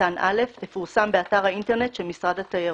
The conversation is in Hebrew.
קטן (א) תפורסם באתר האינטרנט של משרד התיירות.